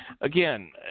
again